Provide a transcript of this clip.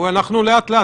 אנחנו לאט-לאט.